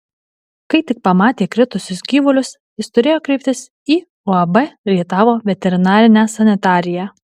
kai tik pamatė kritusius gyvulius jis turėjo kreiptis į uab rietavo veterinarinę sanitariją